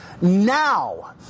now